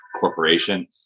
Corporation